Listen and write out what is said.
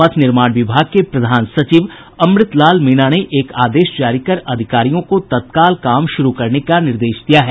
पथ निर्माण विभाग के प्रधान सचिव अमृत लाल मीणा ने एक आदेश जारी कर अधिकारियों को तत्काल काम शुरू करने का निर्देश दिया है